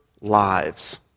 lives